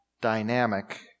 dynamic